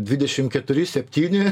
dvidešim keturi septyni